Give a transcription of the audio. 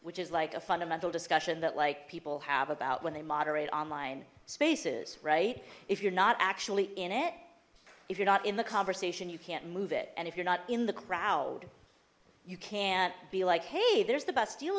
which is like a fundamental discussion that like people have about when they moderate online spaces right if you're not actually in it if you're not in the conversation you can't move it and if you're not in the crowd you can't be like hey there's